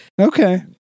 Okay